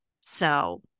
So-